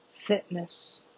Fitness